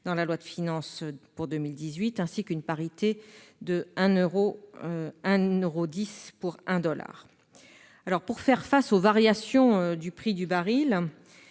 dans la loi de finances pour 2018, ainsi qu'un cours de 1,10 euro pour 1 dollar. Pour faire face aux variations du prix du baril,